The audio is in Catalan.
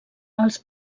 els